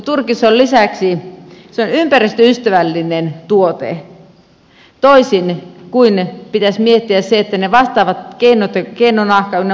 turkis on lisäksi ympäristöystävällinen tuote toisin kuin pitäisi miettiä se ne vastaavat keinonahka ynnä muut tuotteet